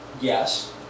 yes